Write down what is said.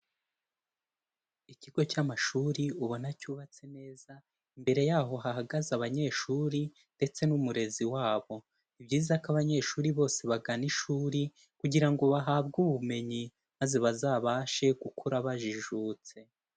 Ikigo cy'amashuri ubona cyubatse neza, imbere yaho hahagaze abanyeshuri ndetse n'umurezi wabo, ni byiza ko abanyeshuri bose bagana ishuri kugira ngo bahabwe ubumenyi maze bazabashe gukura bajijutse.